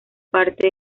parte